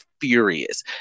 furious